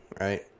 right